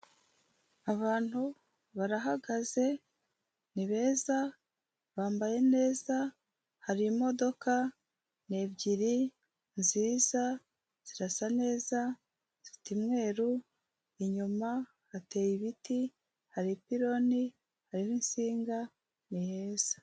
Abantu barahagaze, ni beza, bambaye neza, hari imodoka ni ebyiri nziza, zirasa neza, zifite umweru inyuma hateye ibiti, hari ipironi harimo insinga, ni heza.